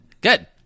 good